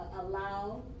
allow